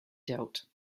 dealt